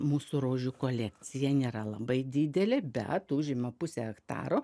mūsų rožių kolekcija nėra labai didelė bet užima pusę hektaro